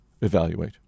evaluate